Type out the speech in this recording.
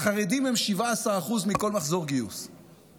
יגייסו את החרדים או לא יגייסו אותם?